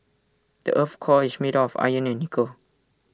the Earth's core is made of iron and nickel